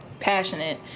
passionate,